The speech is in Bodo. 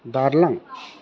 बारलां